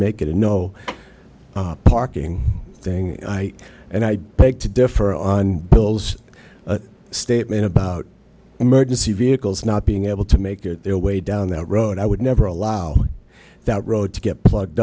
make it a no parking thing and i beg to differ on bill's statement about emergency vehicles not being able to make it their way down that road i would never allow that road to get plugged